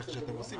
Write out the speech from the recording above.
איך שאתם רוצים.